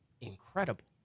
incredible